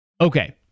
Okay